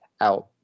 out